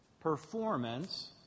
performance